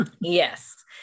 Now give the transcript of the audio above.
yes